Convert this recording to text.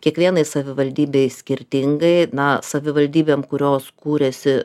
kiekvienai savivaldybei skirtingai na savivaldybėm kurios kūrėsi